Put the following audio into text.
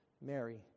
Mary